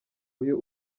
uyu